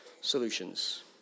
solutions